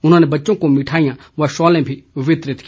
उन्होंने बच्चों को मिठाईयां व शॉलें भी वितरित की